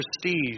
prestige